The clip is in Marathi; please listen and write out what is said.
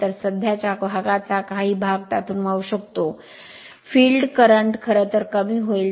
तर सध्याच्या भागाचा काही भाग त्यातून वाहू शकतो संदर्भ वेळ 0858 फील्ड करंट खरंतर कमी होईल